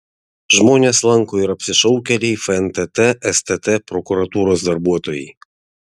žmones lanko ir apsišaukėliai fntt stt prokuratūros darbuotojai